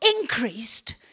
increased